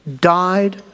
died